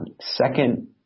Second